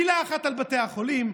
מילה אחת על בתי החולים,